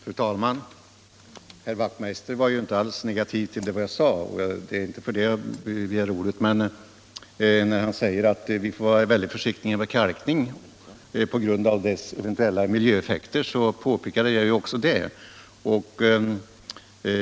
Fru talman! Herr Wachtmeister i Johannishus var ju inte alls negativ till det som jag tidigare sade och det är alltså inte därför som jag begärt ordet. Men när han säger att vi får vara väldigt försiktiga med kalkning av sjöar på grund av dess eventuella negativa miljöeffekter ber jag att få framhålla att jag också påpekade detta.